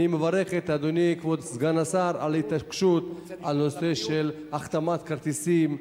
אני מברך את אדוני כבוד סגן השר על ההתעקשות על נושא החתמת הכרטיסים,